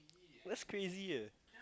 that's crazy eh